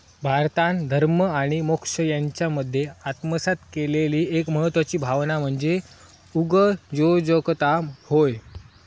भारतान धर्म आणि मोक्ष यांच्यामध्ये आत्मसात केलेली एक महत्वाची भावना म्हणजे उगयोजकता होय